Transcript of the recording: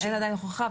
אין עדיין הוכחה,